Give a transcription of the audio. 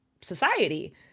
society